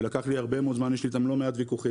ולקח לי הרבה מאוד זמן, יש לי גם לא מעט ויכוחים,